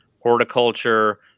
horticulture